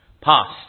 past